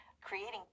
creating